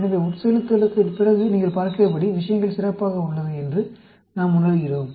எனவே உட்செலுத்தலுக்குப் பிறகு நீங்கள் பார்க்கிறபடி விஷயங்கள் சிறப்பாக உள்ளது என்று நாம் உணர்கிறோம்